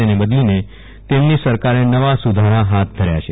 તેને બદલીને તેમની સરકારે નવા સુધારા હાથ ધર્યા છે